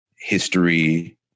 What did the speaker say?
history